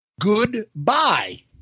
goodbye